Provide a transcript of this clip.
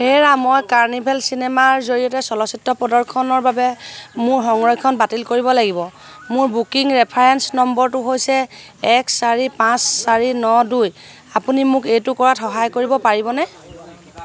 হেৰা মই কাৰ্নিভেল চিনেমাৰ জৰিয়তে চলচ্চিত্ৰ প্ৰদৰ্শনৰ বাবে মোৰ সংৰক্ষণ বাতিল কৰিব লাগিব মোৰ বুকিং ৰেফাৰেন্স নম্বৰটো হৈছে এক চাৰি পাঁচ চাৰি ন দুই আপুনি মোক এইটো কৰাত সহায় কৰিব পাৰিবনে